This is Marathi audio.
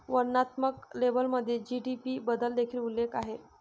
वर्णनात्मक लेबलमध्ये जी.डी.पी बद्दल देखील उल्लेख आहे